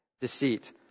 Deceit